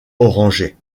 orangé